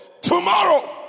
Tomorrow